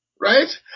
Right